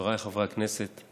חבריי חברי הכנסת,